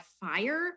fire